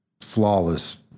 flawless